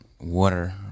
Water